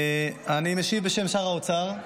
אני משיב בשם שר האוצר,